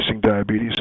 diabetes